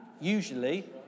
usually